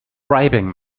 bribing